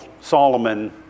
Solomon